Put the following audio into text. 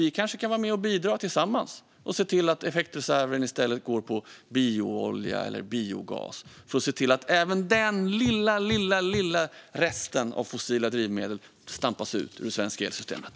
Vi kanske kan vara med och bidra tillsammans för att se till att effektreserven i stället går på bioolja eller biogas så att även den lilla, lilla resten av fossila drivmedel stampas ut ur det svenska elsystemet.